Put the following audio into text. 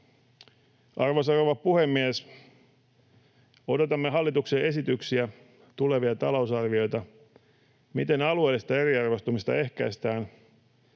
Arvoisa rouva puhemies! Odotamme hallituksen esityksiä, tulevia talousarvioita siitä, miten alueellista eriarvoistumista ehkäistään,